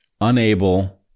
unable